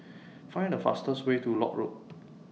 Find The fastest Way to Lock Road